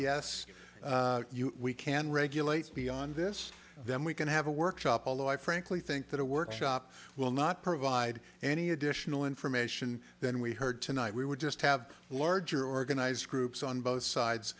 yes we can regulate beyond this then we can have a workshop although i frankly think that a workshop will not provide any additional information than we heard tonight we would just have larger organized groups on both sides